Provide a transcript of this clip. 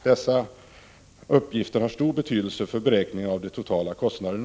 Dessa uppgifter har stor betydelse för beräkningen av den totala kostnaden.